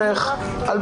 להעסיק 250 עובדים,